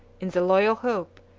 in the loyal hope,